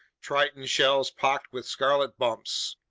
triton shells pocked with scarlet bumps,